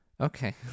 Okay